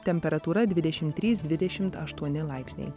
temperatūra dvidešim trys dvidešim aštuoni laipsniai